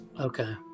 Okay